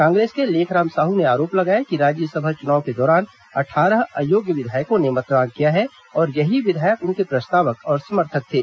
कांग्रेस के लेखराम साहू ने आरोप लगाया है कि राज्यसभा चुनाव के दौरान अट्ठारह अयोग्य विधायकों ने मतदान किया है और यही विधायक उनके प्रस्तावक और समर्थक थे